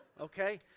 okay